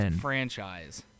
franchise